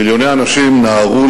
מיליוני אנשים נהרו